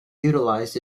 utilized